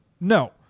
No